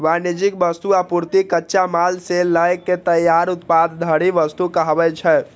वाणिज्यिक वस्तु, आपूर्ति, कच्चा माल सं लए के तैयार उत्पाद धरि वस्तु कहाबै छै